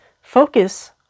focus